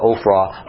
Ophrah